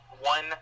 one